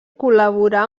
col·laborà